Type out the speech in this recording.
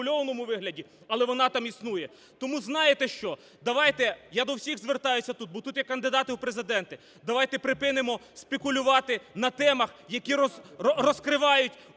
завуальованому вигляді, але вона там існує. Тому знаєте що? Давайте, я до всіх звертаюсь тут, бо тут є кандидати в Президенти, давайте припинимо спекулювати на темах, які розкривають...